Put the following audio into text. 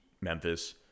Memphis